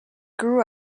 grew